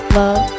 love